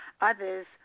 others